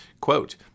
quote